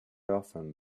often